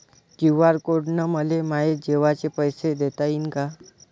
QR code न मले माये जेवाचे पैसे देता येईन का?